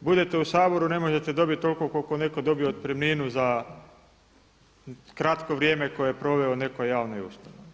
budete u Saboru ne možete dobiti toliko koliko netko dobije otpremninu za kratko vrijeme koje je proveo u nekoj javnoj ustanovi.